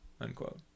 unquote